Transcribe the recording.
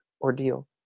ordeal